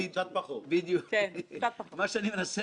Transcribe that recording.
העיתונות נוהגת לפעמים להתבלבל.